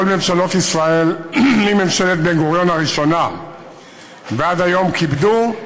מממשלת בן-גוריון הראשונה ועד היום, כיבדו,